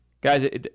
Guys